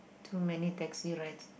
too many taxi rides